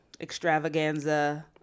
extravaganza